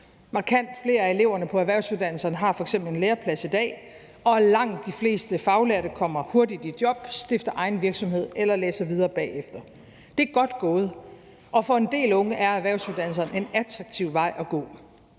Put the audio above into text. Markant flere af eleverne på erhvervsuddannelserne har f.eks. en læreplads i dag, og langt de fleste faglærte kommer hurtigt i job, stifter egen virksomhed eller læser videre bagefter. Det er godt gået, og for en del unge er erhvervsuddannelserne en attraktiv vej at gå.